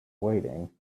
waiting